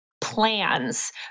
plans